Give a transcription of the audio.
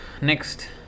Next